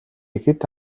ихэд